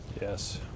Yes